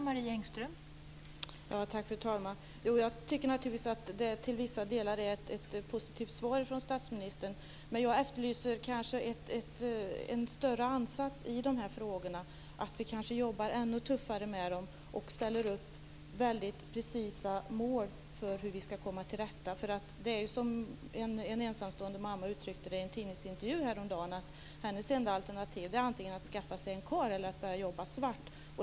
Fru talman! Jag tycker naturligtvis att jag till vissa delar får ett positivt svar från statsministern. Men jag efterlyser en större ansats i de här frågorna, att vi kanske jobbar ännu tuffare med dem och ställer upp precisa mål för hur vi ska komma till rätta med detta. En ensamstående mamma uttryckte det i en tidningsintervju häromdagen som att hennes enda alternativ var att antingen skaffa sig en karl eller att börja jobba svart.